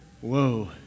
whoa